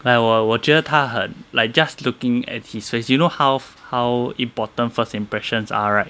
like 我我觉得他很 like just looking at his face you know how how important first impressions are right